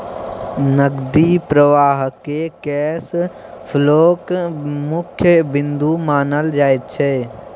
नकदी प्रवाहकेँ कैश फ्लोक मुख्य बिन्दु मानल जाइत छै